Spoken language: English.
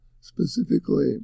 specifically